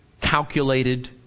calculated